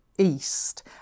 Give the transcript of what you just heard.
East